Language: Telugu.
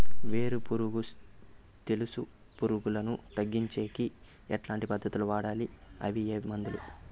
వేరు పులుగు తెలుసు పులుగులను తగ్గించేకి ఎట్లాంటి పద్ధతులు వాడాలి? అవి ఏ మందులు?